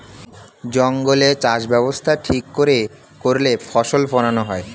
জঙ্গলে চাষ ব্যবস্থা ঠিক করে করলে ফসল ফোলানো হয়